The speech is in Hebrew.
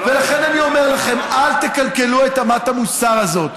ולכן אני אומר לכם, אל תקלקלו את אמת המוסר הזאת.